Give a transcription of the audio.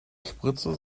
spritze